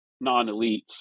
non-elites